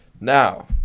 now